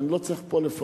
ואני לא צריך פה לפרט,